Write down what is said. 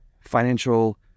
financial